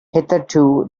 hitherto